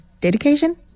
dedication